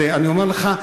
אני אומר לך,